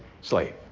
slave